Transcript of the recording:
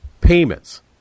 payments